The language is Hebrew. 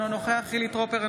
אינו נוכח חילי טרופר,